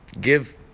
Give